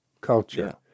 culture